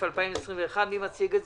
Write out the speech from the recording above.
אני.